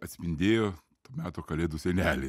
atspindėjo to meto kalėdų senelį